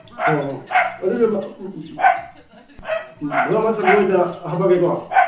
ꯑꯣ ꯑꯗꯨꯗꯤ ꯃꯉꯥ ꯃꯉꯥ ꯆꯟꯕꯤꯗꯣ ꯑꯣꯏꯅ ꯍꯥꯞꯄꯛꯑꯒꯦꯀꯣ